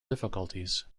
difficulties